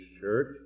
church